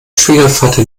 schwiegervater